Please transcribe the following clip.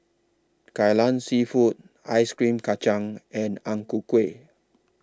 Kai Lan Seafood Ice Cream Kachang and Ang Ku Kueh